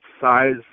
size